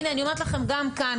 הנה אני אומרת לכם גם כאן,